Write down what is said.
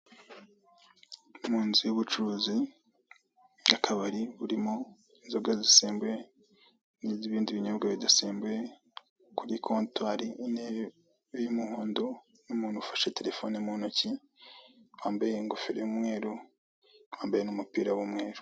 Mu nzu y'ubucuruzi bw'akabari burimo inzoga zisembuye n'ibindi binyobwa bidasembuye kuri kotwari, intebe y'umuhondo n'umuntu ufashe terefone mu ntoki, wambaye ingofero y'umweru, wambaye n'umupira w'umweru.